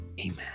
Amen